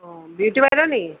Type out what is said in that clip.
অঁ বিউটি বাইদেউ নেকি